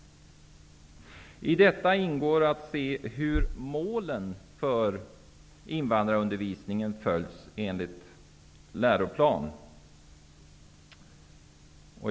I detta ingår att se hur målen för invandrarundervisningen följs enligt läroplanen.